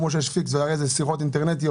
כמו שיש פיקס ושיחות אינטרנטיות,